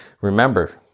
Remember